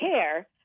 care